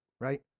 right